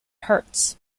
hertz